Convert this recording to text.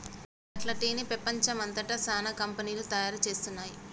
గట్ల టీ ని పెపంచం అంతట సానా కంపెనీలు తయారు చేస్తున్నాయి